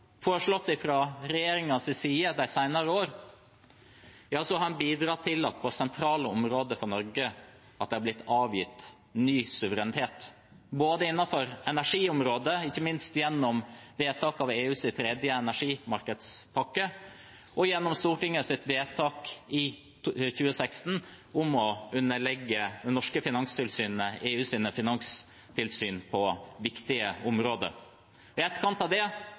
foreslått fra regjeringens side de senere år har en bidratt til at det på sentrale områder for Norge er blitt avgitt suverenitet, både innenfor energiområdet, ikke minst gjennom vedtaket av EUs tredje energimarkedspakke, og gjennom Stortingets vedtak i 2016 om å underlegge det norske finanstilsynet EUs finanstilsyn på viktige områder. I etterkant av det